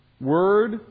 word